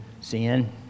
sin